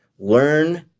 learn